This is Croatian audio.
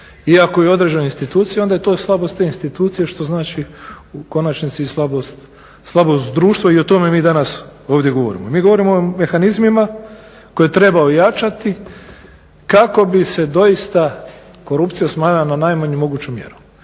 ako je u određenoj instituciji, onda je to slabost te institucije što znači u konačnici i slabost društva i o tome mi danas ovdje govorimo. Mi govorimo o mehanizmima koje treba ojačati kako bi se doista korupcija smanjila na najmanju moguću mjeru.